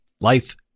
life